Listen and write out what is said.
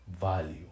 value